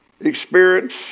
experience